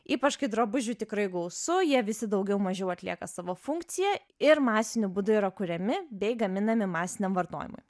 ypač kai drabužių tikrai gausu jie visi daugiau mažiau atlieka savo funkciją ir masiniu būdu yra kuriami bei gaminami masiniam vartojimui